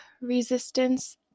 resistance